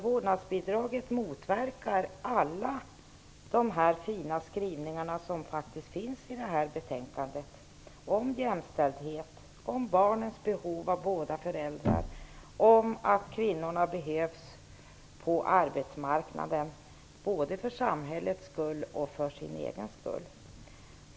Vårdnadsbidraget motverkar ju alla de fina skrivningar som finns i det här betänkandet om jämställdhet, om barnens behov av båda föräldrarna och om att kvinnorna behövs på arbetsmarknaden, både för samhällets skull och för sin egen skull.